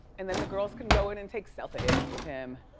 and then the girls can go in and take selfies with him.